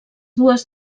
dues